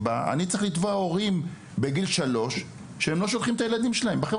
אני נאלצתי לתבוע הורים כי הורה בחר